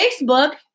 Facebook